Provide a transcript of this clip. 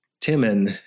Timon